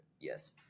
Yes